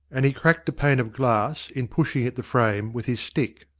and he cracked a pane of glass in pushing at the frame with his stick.